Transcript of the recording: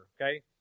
okay